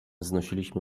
znosiliśmy